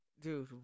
Dude